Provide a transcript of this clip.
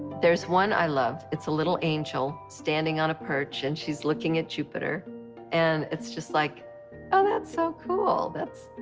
there's one i love. it's a little angel standing on a perch and she's looking at jupiter and it's just like oh that's so cool, that's,